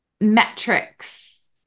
metrics